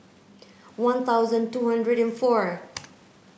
one thousand two hundred and four